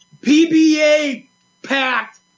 PBA-packed